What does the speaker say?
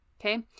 Okay